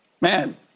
man